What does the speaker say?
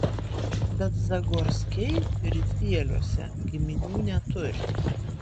bet zagorskiai ricieliuose giminių neturi